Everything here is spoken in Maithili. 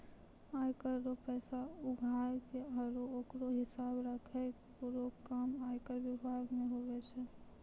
आय कर रो पैसा उघाय के आरो ओकरो हिसाब राखै रो काम आयकर बिभाग मे हुवै छै